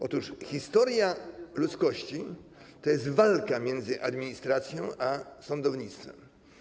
Otóż historia ludzkości to jest walka między administracją a sądownictwem.